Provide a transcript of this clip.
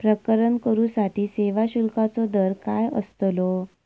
प्रकरण करूसाठी सेवा शुल्काचो दर काय अस्तलो?